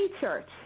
Church